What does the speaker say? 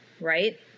right